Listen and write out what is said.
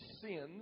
sin